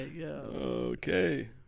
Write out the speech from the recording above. Okay